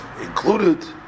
included